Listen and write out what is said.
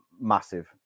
massive